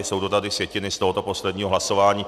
Jsou to sjetiny z tohoto posledního hlasování.